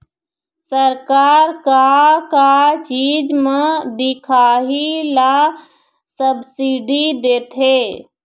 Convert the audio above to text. सरकार का का चीज म दिखाही ला सब्सिडी देथे?